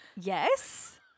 yes